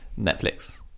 Netflix